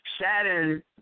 Saturn